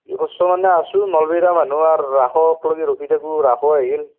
কি কৰিছ মানে আছোঁ নলবৰীয়া মানুহ আৰু ৰাসকলৈ ৰখি থাকোঁ ৰাসো আহিল